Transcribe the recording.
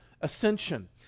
ascension